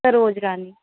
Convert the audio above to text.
Saroj Rani